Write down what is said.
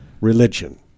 religion